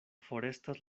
forestas